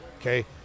okay